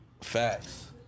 Facts